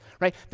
right